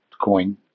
coin